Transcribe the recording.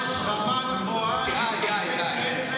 ממש רמה גבוהה של חברי כנסת.